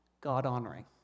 God-honoring